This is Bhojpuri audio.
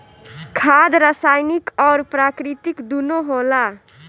खाद रासायनिक अउर प्राकृतिक दूनो होला